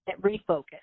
refocus